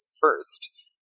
first